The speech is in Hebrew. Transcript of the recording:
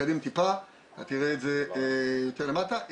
תראה את זה יותר למטה,